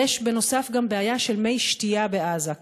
יש בנוסף גם בעיה של מי שתייה בעזה.